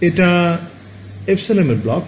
এটা ε এর ব্লক